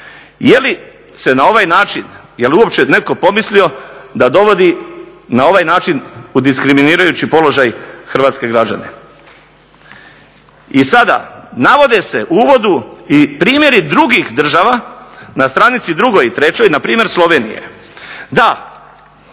Je li se na ovaj način, je li uopće netko pomislio da dovodi na ovaj način u diskriminirajući položaj hrvatske građane? I sada navode se u uvodu i primjeri drugih država, na stranici 2. i 3. na primjer Slovenije.